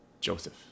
Joseph